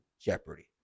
jeopardy